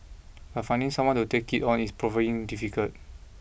but finding someone to take it on is proving difficult